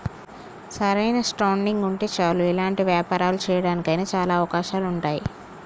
సరైన స్టార్టింగ్ ఉంటే చాలు ఎలాంటి వ్యాపారాలు చేయడానికి అయినా చాలా అవకాశాలు ఉంటాయి